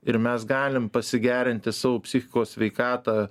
ir mes galim pasigerinti savo psichikos sveikatą